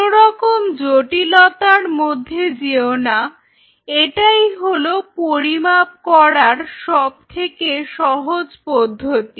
কোনো রকম জটিলতার মধ্যে যেওনা এটাই হলো পরিমাপ করার সবথেকে সহজ পদ্ধতি